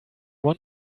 want